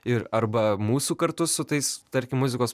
ir arba mūsų kartu su tais tarkim muzikos